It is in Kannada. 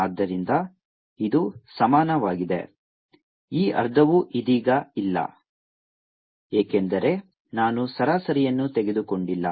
ಆದ್ದರಿಂದ ಇದು ಸಮಾನವಾಗಿದೆ ಈ ಅರ್ಧವೂ ಇದೀಗ ಇಲ್ಲ ಏಕೆಂದರೆ ನಾನು ಸರಾಸರಿಯನ್ನು ತೆಗೆದುಕೊಂಡಿಲ್ಲ